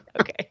okay